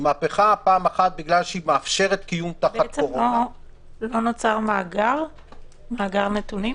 בגלל שהיא מאפשרת קיום תחת קורונה --- לא נוצר מאגר נתונים?